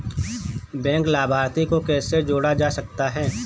Bank लाभार्थी को कैसे जोड़ा जा सकता है?